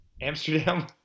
Amsterdam